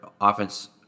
offense